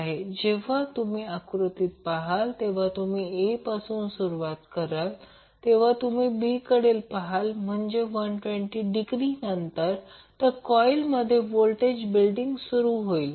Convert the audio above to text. जेव्हा तुम्ही आकृतीत पहाल आणि तुम्ही A पासून सुरुवात करा जेव्हा तुम्ही B कडे पहाल म्हणजेच 120 डिग्री नंतर तर कॉइलमध्ये व्होल्टेज बिल्डिंग चालू होईल